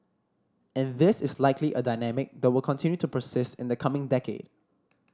and this is likely a dynamic that will continue to persist in the coming decade